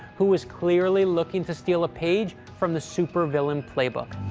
who was clearly looking to steal a page from the super-villain playbook.